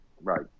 Right